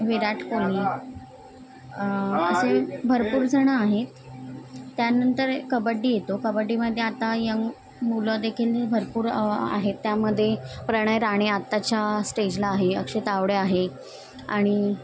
वि विराट कोली असे भरपूर जणं आहेत त्यानंतर कबड्डी येतो कबड्डीमदे आता यंग मुलंदेखील भरपूर आहेत त्यामदे प्रणय राणे आत्ताच्या स्टेजला आहे अक्षत आवडे आहे आणि